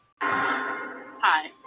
Hi